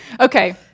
Okay